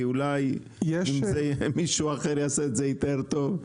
כי אולי מישהו אחר יעשה את זה יותר טוב?